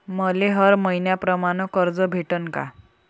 मले हर मईन्याप्रमाणं कर्ज भेटन का?